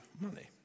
Money